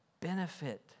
benefit